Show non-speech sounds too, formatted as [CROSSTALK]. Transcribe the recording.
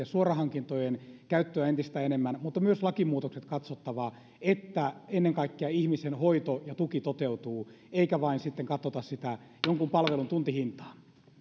[UNINTELLIGIBLE] suorahankintojen käyttöä entistä enemmän mutta myös lakimuutokset on katsottava niin että ennen kaikkea ihmisen hoito ja tuki toteutuvat eikä sitten katsota vain sitä jonkun palvelun tuntihintaa ja